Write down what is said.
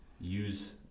use